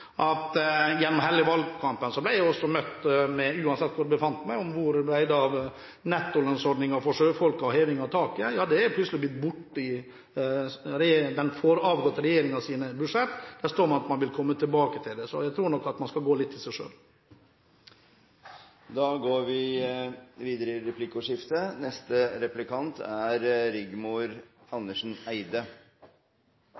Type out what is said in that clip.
Pedersen: Gjennom hele valgkampen – uansett hvor jeg befant meg ble jeg møtt med spørsmål om hvor det har blitt av nettolønnsordningen for sjøfolk og heving av taket. Det har plutselig blitt borte i den avgåtte regjeringens budsjett. Der står det at man vil komme tilbake til det. Så jeg tror nok at man skal gå litt i seg selv. Kristelig Folkeparti var svært fornøyd med formuleringene i